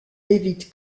david